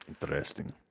Interesting